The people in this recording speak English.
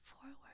forward